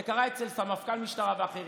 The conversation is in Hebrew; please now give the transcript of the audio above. זה קרה אצל סמפכ"ל משטרה ואחרים,